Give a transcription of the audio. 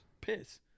Piss